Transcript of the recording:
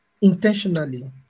intentionally